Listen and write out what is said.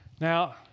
Now